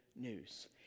news